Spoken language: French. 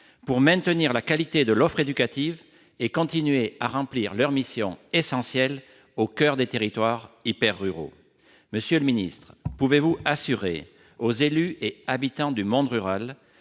pour maintenir la qualité de l'offre éducative et continuer à remplir leur mission essentielle au coeur des territoires hyper-ruraux. Pouvez-vous assurer aux élus et habitants du monde rural